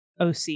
OC